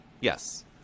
Yes